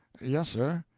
yes, sir.